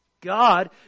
God